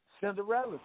Cinderella